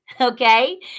okay